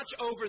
over